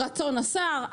רצון השר,